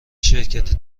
شرکتی